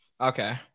Okay